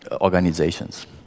organizations